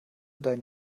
deinen